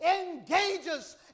engages